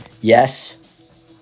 Yes